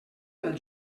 del